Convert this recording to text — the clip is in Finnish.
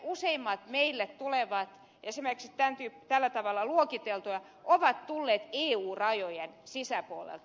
useimmat meille tulevat esimerkiksi tällä tavalla luokitellut ovat tulleet eu rajojen sisäpuolelta